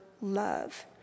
love